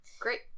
Great